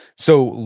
so,